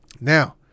now